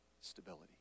stability